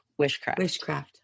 Wishcraft